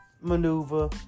maneuver